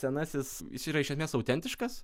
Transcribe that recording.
senasis jis yra iš esmės autentiškas